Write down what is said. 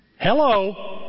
Hello